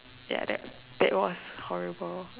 ya that that was horrible